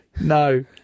no